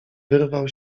wyrwał